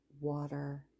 water